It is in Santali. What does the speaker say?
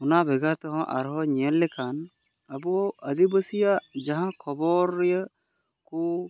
ᱚᱱᱟ ᱵᱷᱮᱜᱟᱨ ᱛᱮᱦᱚᱸ ᱟᱨᱦᱚᱸ ᱧᱮᱞ ᱞᱮᱠᱷᱟᱱ ᱟᱵᱚ ᱟᱹᱫᱤᱵᱟᱹᱥᱤᱭᱟᱜ ᱡᱟᱦᱟᱸ ᱠᱷᱚᱵᱚᱨ ᱠᱚ